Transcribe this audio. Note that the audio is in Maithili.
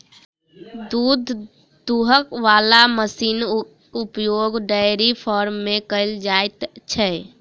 दूध दूहय बला मशीनक उपयोग डेयरी फार्म मे कयल जाइत छै